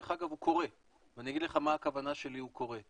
דרך אגב הוא קורה ואני אגיד לך מה הכוונה שלי שהוא קורה.